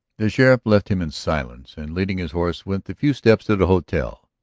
the sheriff left him in silence and leading his horse went the few steps to the hotel.